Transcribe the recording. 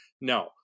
No